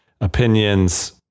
opinions